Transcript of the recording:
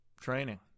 training